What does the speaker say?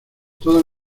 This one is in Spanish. todas